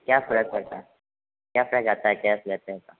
क्या फ़र्क पड़ता है क्या प्राइज़ आता है कैस में लेते हैं तो